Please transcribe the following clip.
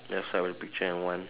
left side of the picture and one